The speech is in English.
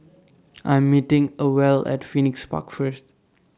I Am meeting Ewell At Phoenix Park First